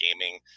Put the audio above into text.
gaming